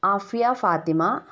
Afiya Fathima